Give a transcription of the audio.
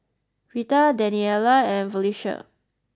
Rheta Daniella and Felisha